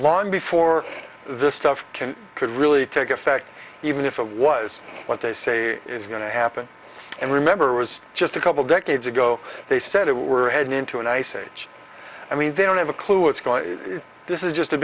long before this stuff can could really take effect even if it was what they say is going to happen and remember was just a couple decades ago they said it we're heading into an ice age i mean they don't have a clue what's going on this is just a